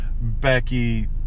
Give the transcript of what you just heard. Becky